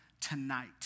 tonight